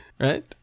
right